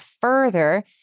further